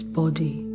body